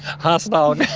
host dog.